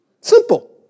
simple